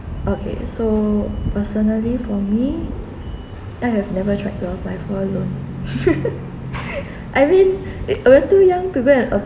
okay so personally for me I have never tracked the by four loan I mean it I were too young to go and